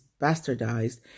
bastardized